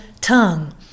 tongue